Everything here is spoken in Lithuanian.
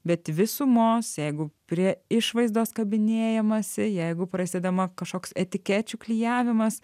bet visumos jeigu prie išvaizdos kabinėjamasi jeigu pradedama kažkoks etikečių klijavimas